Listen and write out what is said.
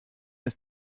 ist